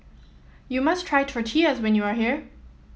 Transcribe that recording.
you must try Tortillas when you are here